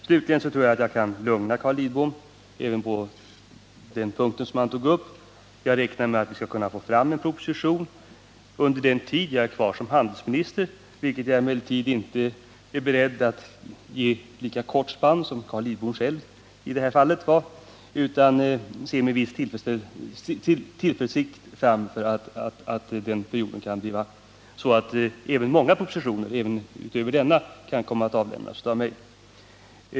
Slutligen tror jag att jag kan lugna Carl Lidbom i fråga om det han nu tog upp. Jag räknar med att vi skall kunna få fram en proposition under den tid jag är kvar som handelsminister. Den tiden är jag emellertid inte beredd att ge ett lika kort spann som Carl Lidbom, utan jag ser med tillförsikt fram emot att den perioden skall kunna bli så lång att många propositioner utöver den vi nu diskuterar kan komma att avlämnas av mig.